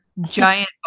giant